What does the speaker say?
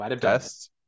Best